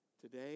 today